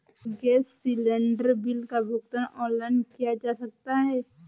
क्या gas cylinder bill का भुगतान ऑनलाइन किया जा सकता है?